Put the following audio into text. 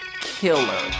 Killer